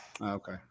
Okay